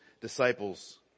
disciples